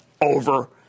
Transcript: over